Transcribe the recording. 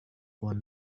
one